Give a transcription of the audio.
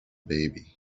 baby